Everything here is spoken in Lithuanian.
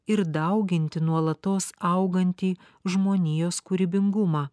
ir dauginti nuolatos augantį žmonijos kūrybingumą